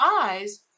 eyes